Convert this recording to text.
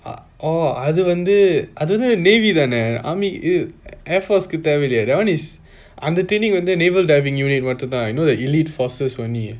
uh oh அது வந்து அது வந்து:athu vnthu athu vanthu navy தானே:dhanae army air force தெவை இல்லாட்டி:thevai illaitae that one is அந்த:antha training வந்து:vanthu naval diving union அம்ட்டும் தான்:mattum dhan you know elite forces only